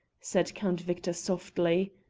said count victor softly.